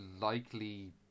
likely